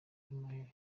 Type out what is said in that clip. noheli